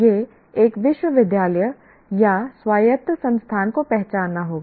यह एक विश्वविद्यालय या स्वायत्त संस्थान को पहचानना होगा